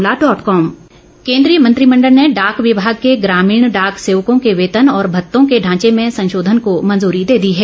मंत्रिमंडल डाक सेवा केन्द्रीय मंत्रिमंडल ने डाक विभाग के ग्रामीण डाक सेवकों के वेतन और भत्तों के ढांचे में संशोधन को मंजूरी दे दी है